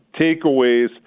takeaways